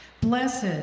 Blessed